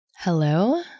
Hello